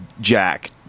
Jack